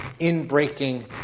inbreaking